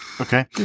Okay